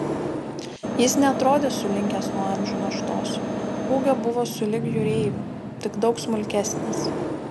jis neatrodė sulinkęs nuo amžių naštos ūgio buvo sulig jūreiviu tik daug smulkesnis